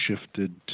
shifted